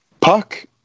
Puck